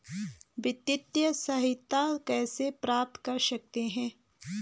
वित्तिय सहायता कैसे प्राप्त कर सकते हैं?